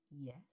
Yes